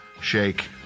shake